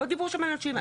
לא דיברו שם על אנשים.